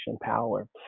power